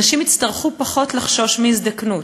אנשים יצטרכו פחות לחשוש מהזדקנות,